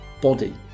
body